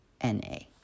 N-A